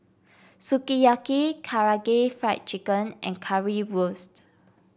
Sukiyaki Karaage Fried Chicken and Currywurst